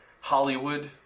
Hollywood